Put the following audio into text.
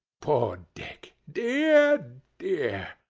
poor dick! dear, dear!